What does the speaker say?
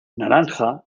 naranja